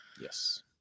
Yes